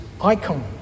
icon